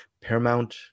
Paramount